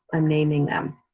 i'm naming them.